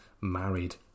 married